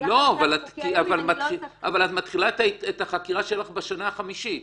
אז גם במצב החוקי היום --- אבל את מתחילה את החקירה שלך בשנה החמישית.